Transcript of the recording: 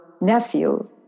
nephew